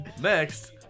Next